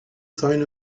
sign